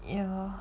ya lor